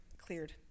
cleared